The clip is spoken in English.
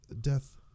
death